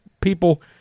people